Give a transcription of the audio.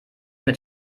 mit